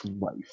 life